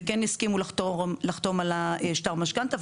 וכן הסכימו לחתום על שטר משכנתא.